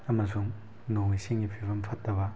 ꯑꯃꯁꯨꯡ ꯅꯣꯡ ꯏꯁꯤꯡꯒꯤ ꯐꯤꯕꯝ ꯐꯠꯇꯕ